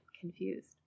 confused